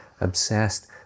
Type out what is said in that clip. obsessed